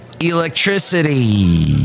electricity